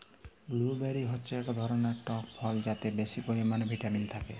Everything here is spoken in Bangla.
ব্লুবেরি হচ্যে এক ধরলের টক ফল যাতে বেশি পরিমালে ভিটামিল থাক্যে